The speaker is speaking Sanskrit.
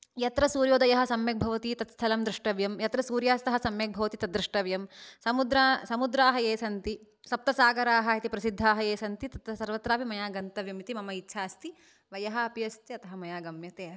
यत्र सूर्योदयः सम्यक् भवति तद् स्थलं द्रष्टव्यं यत्र सूर्यास्तः सम्यक् भवति तद् द्रष्टव्यं समुद्रा समुद्राः ये सन्ति सप्तसागराः इति प्रसिद्धाः ये सन्ति तत्र सर्वत्र अपि मया गन्तव्यम् इति मम इच्छा अस्ति वयः अपि अस्ति अतः मया गम्यते अपि